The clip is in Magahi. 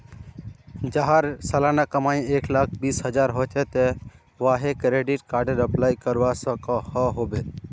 जहार सालाना कमाई एक लाख बीस हजार होचे ते वाहें क्रेडिट कार्डेर अप्लाई करवा सकोहो होबे?